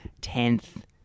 tenth